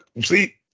See